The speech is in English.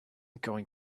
going